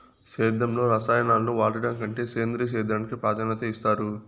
సేద్యంలో రసాయనాలను వాడడం కంటే సేంద్రియ సేద్యానికి ప్రాధాన్యత ఇస్తారు